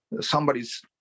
somebody's